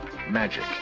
magic